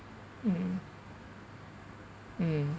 mm mm